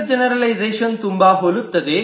ಆಕ್ಟರಲ್ಲಿ generalisation ತುಂಬಾ ಹೋಲುತ್ತದೆ